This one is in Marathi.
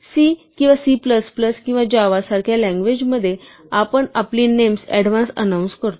C किंवा C किंवा Java सारख्या लँग्वेज मध्ये आपण आपली नेम्स ऍडव्हान्स अनाऊन्स करतो